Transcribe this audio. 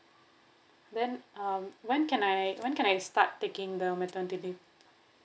then um when can I when can I start taking the maternity leave